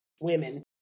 women